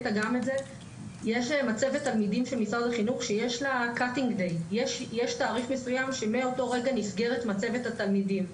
במשרד החינוך יש תאריך מסוים שממנו נסגרת מצבת התלמידים,